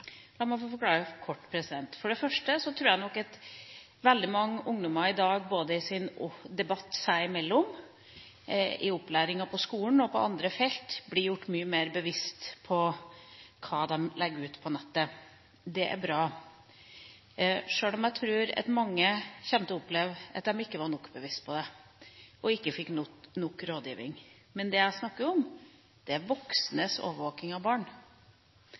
La meg få forklare det kort. For det første tror jeg nok at veldig mange ungdommer i dag, både i debatten seg imellom, i opplæringa på skolen og på andre felt, blir mye mer bevisstgjort på hva de legger ut på nettet. Det er bra, sjøl om jeg tror at mange kommer til å oppleve at de ikke var nok bevisst på det og ikke fikk nok rådgiving. Men det jeg snakker om, er voksnes overvåking av barn.